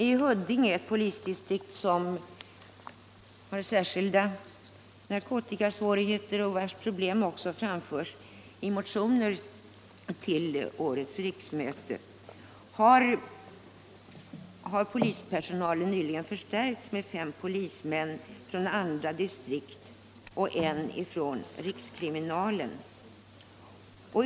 I Huddinge polisdistrikt, som har särskilda narkotikasvårigheter och vars problem också framhålls i motioner till årets riksmöte, har polispersonalen nyligen förstärkts med fem polismän från andra distrikt och en polisman från rikskriminalen.